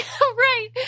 right